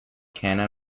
kana